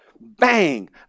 bang